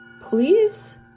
please